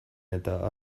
eta